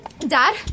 Dad